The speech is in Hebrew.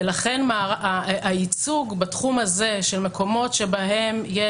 ולכן הייצוג בתחום הזה של מקומות שבהם יש